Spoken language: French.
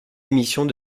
émissions